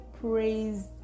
praise